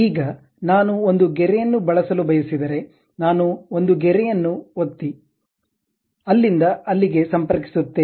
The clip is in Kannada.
ಈಗ ನಾನು ಒಂದು ಗೆರೆಯನ್ನು ಬಳಸಲು ಬಯಸಿದರೆ ನಾನು ಒಂದು ಗೆರೆಯನ್ನು ಒತ್ತಿ ಅಲ್ಲಿಂದ ಅಲ್ಲಿಗೆ ಸಂಪರ್ಕಿಸುತ್ತೇನೆ